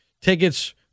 tickets